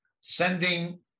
sending